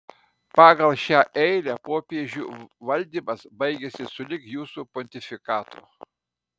pagal šią eilę popiežių valdymas baigiasi sulig jūsų pontifikatu